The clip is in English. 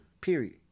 Period